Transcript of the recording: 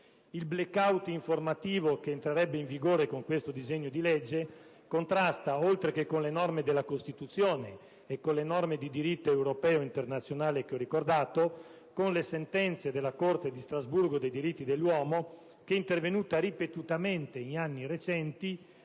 Il *blackout* informativo che entrerebbe in vigore con questo disegno di legge contrasta, oltre che con le norme della Costituzione e con quelle di diritto europeo e internazionale che ho ricordato, con le sentenze della Corte di Strasburgo dei diritti dell'uomo. Quest'ultima è intervenuta ripetutamente in anni recenti